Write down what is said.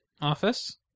Office